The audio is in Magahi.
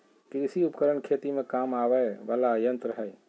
कृषि उपकरण खेती में काम आवय वला यंत्र हई